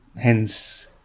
hence